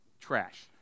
Trash